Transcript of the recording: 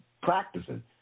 practicing